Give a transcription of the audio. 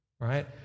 right